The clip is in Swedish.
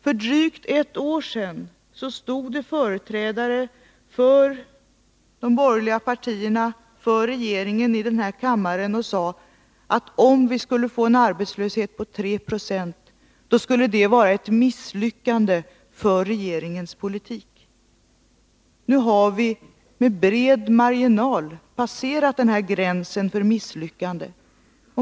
För drygt ett år sedan stod företrädare för de borgerliga partierna och för regeringen här i kammaren och sade: Om vi skulle få en arbetslöshet på 3 26, skulle det vara ett misslyckande för regeringens politik. Nu har vi med bred marginal passerat den gränsen för misslyckande.